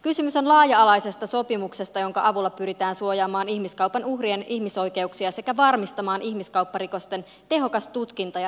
kysymys on laaja alaisesta sopimuksesta jonka avulla pyritään suojaamaan ihmiskaupan uhrien ihmisoikeuksia sekä varmistamaan ihmiskaupparikosten tehokas tutkinta ja syyttäminen